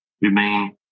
remain